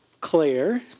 Claire